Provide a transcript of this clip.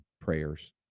prayers